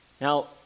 Now